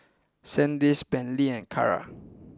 Sandisk Bentley and Kara